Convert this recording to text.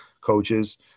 coaches